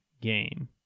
game